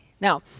Now